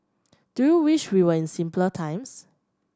do you wish we were in simpler times